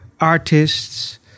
Artists